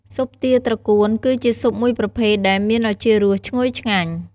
ស៊ុបទាត្រកួនគឺជាស៊ុបមួយប្រភេទដែលមានឱជារសឈ្ងុយឆ្ងាញ់។